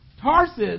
Tarsus